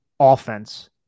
offense